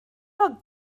are